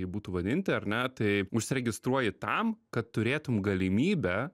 jį būtų vadinti ar ne tai užsiregistruoji tam kad turėtum galimybę